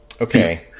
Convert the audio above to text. Okay